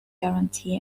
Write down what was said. guarantee